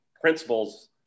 principles